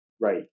Right